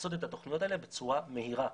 לעשות את התוכניות האלה בצורה מהירה.